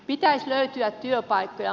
pitäisi löytyä työpaikkoja